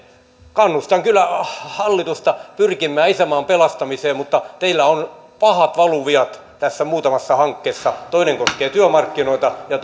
kannustan kyllä hallitusta pyrkimään isänmaan pelastamiseen mutta teillä on pahat valuviat tässä muutamassa hankkeessa toinen koskee työmarkkinoita ja